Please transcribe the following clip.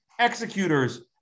executors